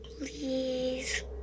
Please